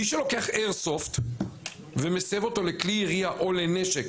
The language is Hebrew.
מי שלוקח איירסופט ומסב אותו לכלי ירייה או לנשק,